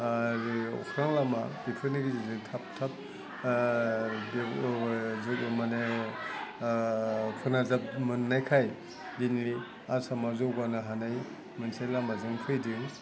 आरो अख्रां लामा बेफोरनि गेजेरजों थाब थाब माने जुग माने फोनांजाब मोन्नायखाय दिनै आसामा जौगानो हानाय मोनसे लामाजों फैदों